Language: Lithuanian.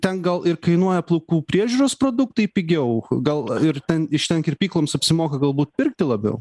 ten gal ir kainuoja plaukų priežiūros produktai pigiau gal ir ten iš ten kirpykloms apsimoka galbūt pirkti labiau